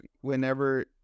whenever